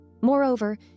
Moreover